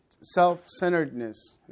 self-centeredness